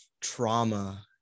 trauma